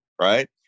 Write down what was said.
Right